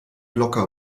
locker